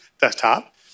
desktop